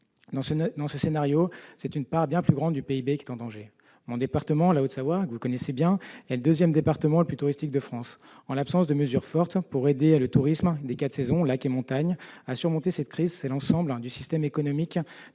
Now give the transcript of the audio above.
Dans un tel scénario, c'est une part bien plus grande du PIB qui serait en danger. Mon département, la Haute-Savoie, est le deuxième département le plus touristique de France. En l'absence de mesures fortes pour aider le tourisme des quatre saisons- lacs et montagnes -à surmonter cette crise, c'est l'ensemble du système économique